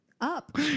Up